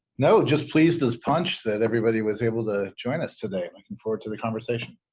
no just pleased as punch that everybody was able to join us today looking forward to the conversation